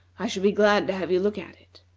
i shall be glad to have you look at it.